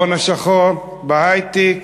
בהון השחור, בהיי-טק,